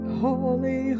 holy